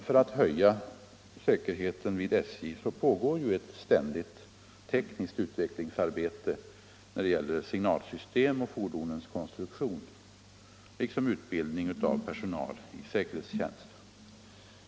För att höja säkerheten vid SJ pågår ett ständigt tekniskt utvecklingsarbete när det gäller signalsystem och fordonskonstruktion liksom utbildning av personal i säkerhetstjänst.